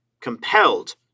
compelled